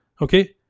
Okay